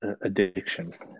addictions